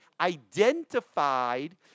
identified